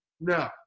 no